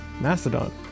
Mastodon